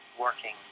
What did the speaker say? working